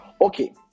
okay